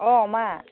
अ' मा